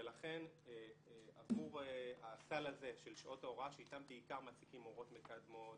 ולכן עבור הסל הזה של שעות ההוראה שאיתן בעיקר מעסיקים מורות מקדמות,